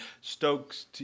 Stokes